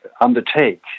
undertake